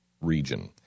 region